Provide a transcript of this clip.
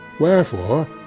Wherefore